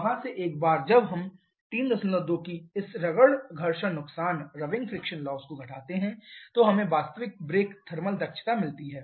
वहाँ से एक बार जब हम 32 की इस रगड़ घर्षण नुकसान को घटाते हैं तो हमें वास्तविक ब्रेक थर्मल दक्षता मिलती है